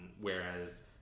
whereas